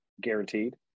guaranteed